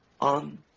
on